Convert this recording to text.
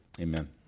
Amen